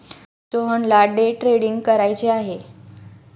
सोहनला day trading करायचे आहे